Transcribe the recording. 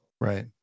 Right